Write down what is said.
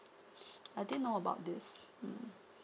I didn't know about this mm